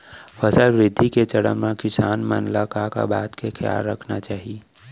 फसल वृद्धि के चरण म किसान मन ला का का बात के खयाल रखना चाही?